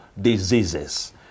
diseases